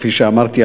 כפי שאמרתי,